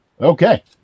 Okay